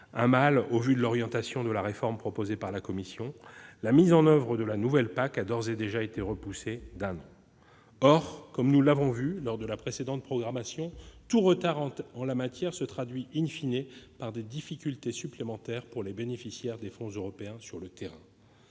un mal, au vu de l'orientation de la réforme proposée par la Commission, la mise en oeuvre de la nouvelle PAC a d'ores et déjà été repoussée d'un an. Or, comme nous l'avons vu lors de la précédente programmation, tout retard en la matière se traduit par des difficultés supplémentaires pour les bénéficiaires des fonds européens sur le terrain.